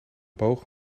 boog